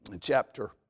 chapter